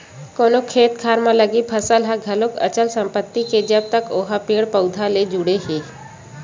कोनो खेत खार म लगे फसल ह घलो अचल संपत्ति हे जब तक ओहा पेड़ पउधा ले जुड़े हे